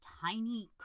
tiny